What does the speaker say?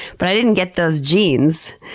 but i didn't get those genes,